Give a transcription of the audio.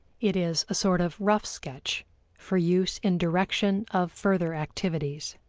it is a sort of rough sketch for use in direction of further activities.